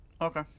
Okay